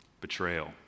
betrayal